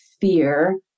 fear